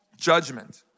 judgment